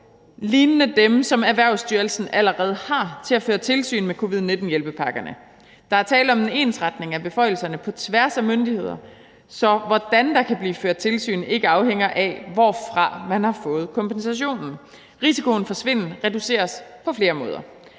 lignende dem, som Erhvervsstyrelsen allerede har til at føre tilsyn med covid-19-hjælpepakkerne. Der er tale om en ensretning af beføjelserne på tværs af myndigheder, så hvordan der kan blive ført tilsyn, ikke afhænger af, hvorfra man har fået kompensationen. Risikoen for svindel reduceres på flere måder.